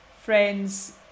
friends